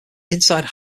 inside